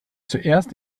zuerst